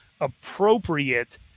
appropriate